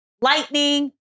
lightning